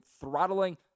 throttling